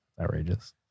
outrageous